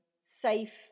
safe